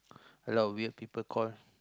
a lot of weird people call